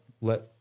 let